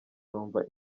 numva